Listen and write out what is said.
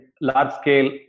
large-scale